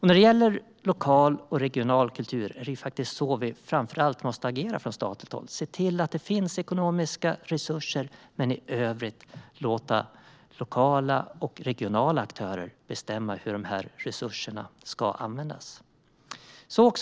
När det gäller lokal och regional kultur måste vi från statligt håll framför allt agera på ett sådant sätt att det finns ekonomiska resurser men i övrigt låta lokala och regionala aktörer bestämma hur resurserna ska användas.